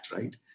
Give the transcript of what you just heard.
right